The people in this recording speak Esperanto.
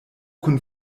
kun